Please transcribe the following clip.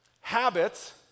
Habits